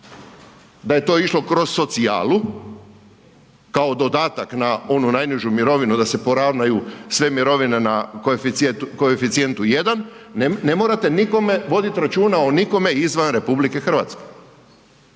Da je to išlo kroz socijalu, kao dodatak na onu najnižu mirovinu da se poravnaju sve mirovine na koeficijentu 1 ne morate voditi računa o nikome izvan RH.